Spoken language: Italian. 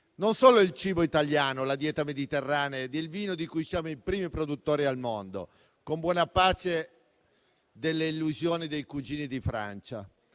Non solo il cibo italiano, la dieta mediterranea ed il vino, di cui siamo i primi produttori al mondo, con buona pace delle illusioni dei cugini di Francia;